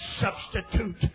substitute